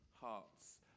Hearts